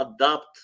adapt